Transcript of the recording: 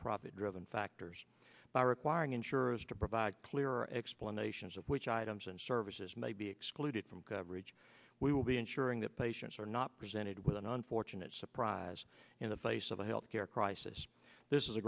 profit driven factors by requiring insurers to provide clear explanations of which items and services may be excluded from coverage we will be ensuring that patients are not presented with an unfortunate surprise in the face of the health care crisis this is a